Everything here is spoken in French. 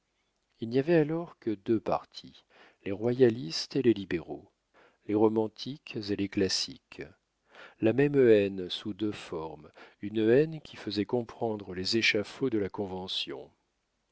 il n'y avait alors que deux partis les royalistes et les libéraux les romantiques et les classiques la même haine sous deux formes une haine qui faisait comprendre les échafauds de la convention